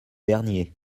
derniers